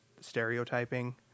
stereotyping